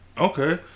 Okay